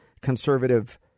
conservative